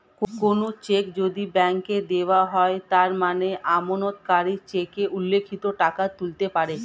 কোনো চেক যদি ব্যাংকে দেওয়া হয় তার মানে আমানতকারী চেকে উল্লিখিত টাকা তুলতে পারে